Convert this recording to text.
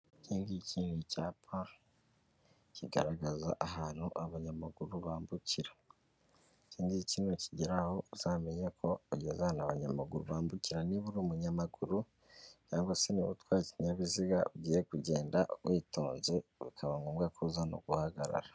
Iki ngiki ni icyapa kigaragaza ahantu abanyamaguru bambukira, iki ngiki ni ukigeraho, uzamenye ko ugeze ahantu abanyamaguru bambukira, niba uri umunyamaguru cyangwa se niba utwaye ikinyabiziga, ugiye kugenda witonze, bikaba ngombwa ko uza no guhagarara.